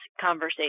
conversation